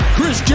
Chris